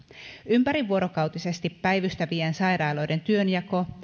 ympärivuorokautisesti päivystävien sairaaloiden työnjako